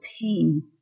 pain